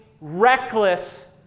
reckless